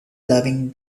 loving